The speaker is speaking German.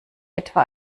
etwa